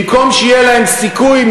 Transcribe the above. במקום שיהיה להם סיכוי,